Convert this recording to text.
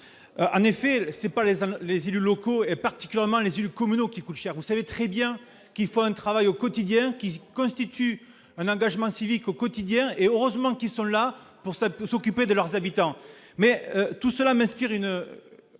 en effet, c'est pas les les élus locaux et particulièrement les yeux communaux qui coûte cher, vous savez très bien qu'il faut un travail au quotidien qui constitue un engagement civique au quotidien et heureusement qu'ils sont là pour ça peut s'occuper de leurs habitants mais tout cela m'inspire une